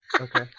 Okay